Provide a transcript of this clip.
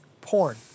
Porn